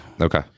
Okay